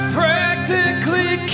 practically